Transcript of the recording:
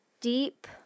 deep